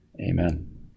amen